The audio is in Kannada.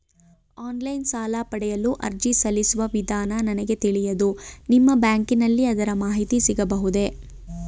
ಆನ್ಲೈನ್ ಸಾಲ ಪಡೆಯಲು ಅರ್ಜಿ ಸಲ್ಲಿಸುವ ವಿಧಾನ ನನಗೆ ತಿಳಿಯದು ನಿಮ್ಮ ಬ್ಯಾಂಕಿನಲ್ಲಿ ಅದರ ಮಾಹಿತಿ ಸಿಗಬಹುದೇ?